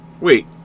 Wait